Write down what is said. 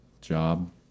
job